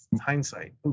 hindsight